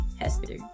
Hester